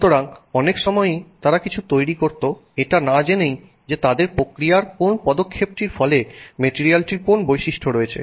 সুতরাং অনেক সময়ই তারা কিছু তৈরি করত এটা না জেনেই যে তাদের প্রক্রিয়ার কোন পদক্ষেপটির ফলে মেটেরিয়ালটির কোন বৈশিষ্ট্য ঘটছে